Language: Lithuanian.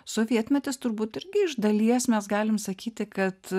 sovietmetis turbūt irgi iš dalies mes galim sakyti kad